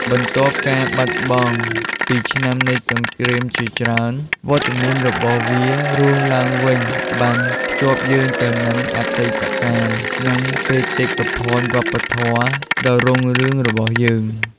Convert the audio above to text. បន្ទាប់ការបាត់បង់ពីឆ្នាំនៃសង្គ្រាមជាច្រើន វត្តមានរបស់វារស់ឡើងវិញបានភ្ជាប់យើងទៅនឹងអតីតកាល និងបេតិកភណ្ឌវប្បធម៌ដ៏រុងរឿងរបស់យើង។